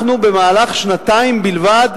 אנחנו, במהלך שנתיים בלבד,